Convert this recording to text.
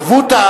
רבותי,